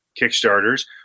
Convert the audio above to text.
Kickstarters